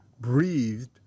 Breathed